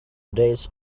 days